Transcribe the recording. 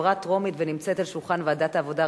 עברה בקריאה טרומית ונמצאת על שולחן ועדת העבודה,